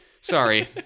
Sorry